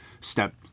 step